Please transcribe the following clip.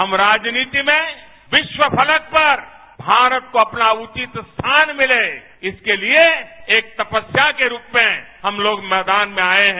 हम राजनीति में विश्वफलक पर भारत को अपना उचित स्थान मिले इसके लिए एक तपस्या के रूप में हम लोग मैदान में आए हैं